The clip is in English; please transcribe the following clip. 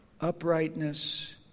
uprightness